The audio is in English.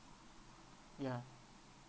yeah